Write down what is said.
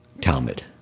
Talmud